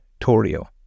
Torio